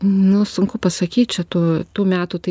nu sunku pasakyt čia tų tų metų tai